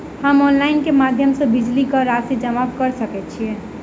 हम ऑनलाइन केँ माध्यम सँ बिजली कऽ राशि जमा कऽ सकैत छी?